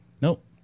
Nope